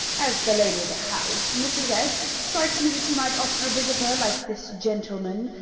as the lady of the house, mrs. s, it strikes me that you might offer a visitor, like this gentleman,